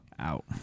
out